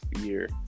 year